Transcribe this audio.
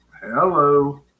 Hello